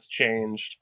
changed